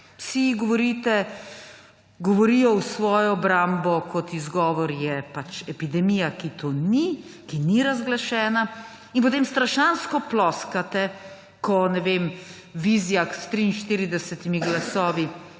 Vsi govorijo v svojo obrambo, kot izgovor je epidemija, ki to ni, ki ni razglašena. In potem strašansko ploskate, ko Vizjak s 43 glasovi